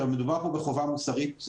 מדובר פה בחובה מוסרית,